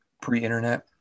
pre-internet